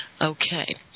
okay